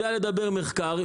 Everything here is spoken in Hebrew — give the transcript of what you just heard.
יודע לדבר מחקר,